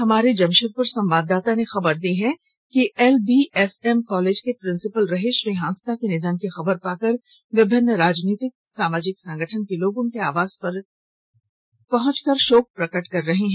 हमारे जमशेदपुर संवाददाता ने खबर दी है कि एलबीएसएम कॉलेज के प्रिंसिपल रहे श्री हांसदा के निधन की खबर पाकर विभिन्न राजनीतिक सामाजिक संगठन के लोग उनके आवास पर जाकर शोक प्रकट कर रहे हैं